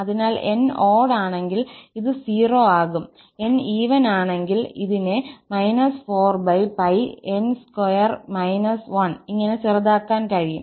അതിനാൽ 𝑛 ഓഡ്ഡ് ആണെങ്കിൽ ഇത് 0 ആകും 𝑛 ഈവൻ ആണെങ്കിൽ ഇതിനെ −4𝜋𝑛2−1 ഇങ്ങനെ ചെറുതാക്കാൻ കഴിയും